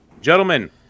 Gentlemen